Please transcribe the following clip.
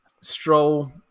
Stroll